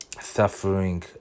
suffering